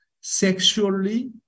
sexually